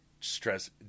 stress